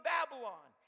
Babylon